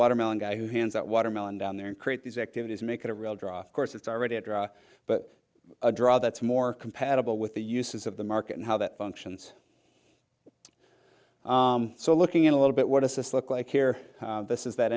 watermelon guy who hands that watermelon down there and create these activities make it a real draw course it's already a draw but a draw that's more compatible with the uses of the market and how that functions so looking in a little bit what does this look like here this is that